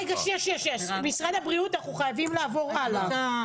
רגע, משרד הבריאות, אנחנו חייבים לעבור הלאה.